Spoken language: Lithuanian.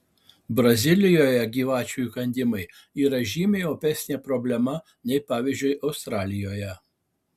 brazilijoje gyvačių įkandimai yra žymiai opesnė problema nei pavyzdžiui australijoje